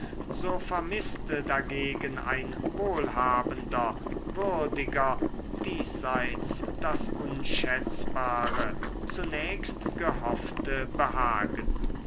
so vermißte dagegen ein wohlhabender würdiger diesseits das unschätzbare zunächst gehoffte behagen